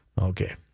Okay